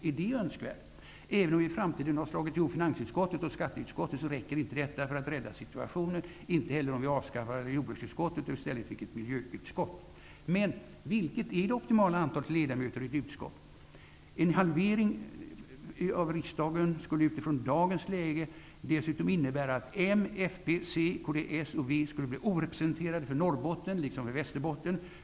Är det önskvärt? Även om vi i framtiden har slagit ihop finansutskottet och skatteutskottet räcker inte detta för att rädda situationen, inte heller om vi avskaffade jordbruksutskottet och i stället fick ett miljöutskott. Men vilket är det optimala antalet ledamöter i ett utskott? En halvering av riksdagen utifrån dagens läge skulle också innebära att Moderaterna, Västerbotten.